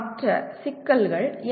மற்ற சிக்கல்கள் என்ன